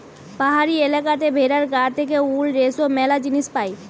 পাহাড়ি এলাকাতে ভেড়ার গা থেকে উল, রেশম ম্যালা জিনিস পায়